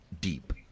deep